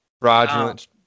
fraudulent